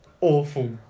awful